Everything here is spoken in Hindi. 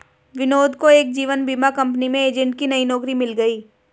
विनोद को एक जीवन बीमा कंपनी में एजेंट की नई नौकरी मिल गयी